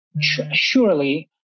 surely